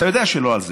אתה יודע שלא על זה.